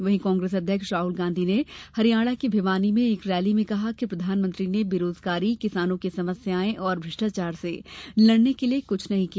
वहीं कांग्रेस अध्यक्ष राहुल गांधी ने हरियाणा के भिवानी में एक रैली में कहा कि प्रधानमंत्री ने बेरोजगारी किसानों की समस्याओं और भ्रष्टाचार से लडने के लिए कुछ नहीं किया